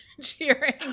cheering